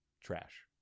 trash